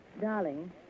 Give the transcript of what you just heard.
Darling